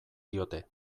diote